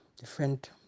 different